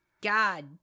God